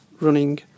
running